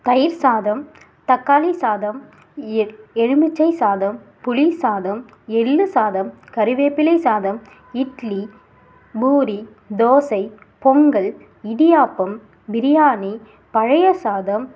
தயிர் சாதம் தக்காளி சாதம் எ எலுமிச்சை சாதம் புளி சாதம் எள் சாதம் கருவேப்பிலை சாதம் இட்லி பூரி தோசை பொங்கல் இடியாப்பம் பிரியாணி பழைய சாதம்